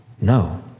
No